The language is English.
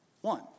one